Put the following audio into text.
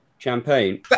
Champagne